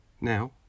Now